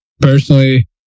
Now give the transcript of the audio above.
personally